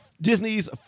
Disney's